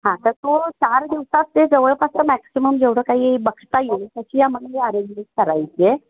हां तर तो चार दिवसात ते जवळपासचं मॅक्सिमम जेवढं काही बघता येईल तशी आम्हाला हे अरेंजमेट करायची आहे